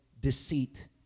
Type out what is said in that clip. deceit